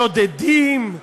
שודדים,